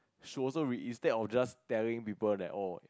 she wasn't instead of just telling people that oh